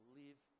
live